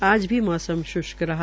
आज भी मौसम श्रष्क रहा